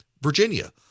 Virginia